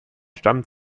stammt